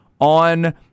on